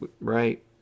right